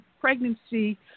pregnancy